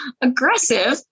aggressive